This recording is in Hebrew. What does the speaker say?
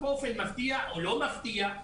באופן מפתיע או לא מפתיע,